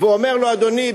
שאומר לו: אדוני,